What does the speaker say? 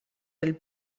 del